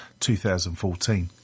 2014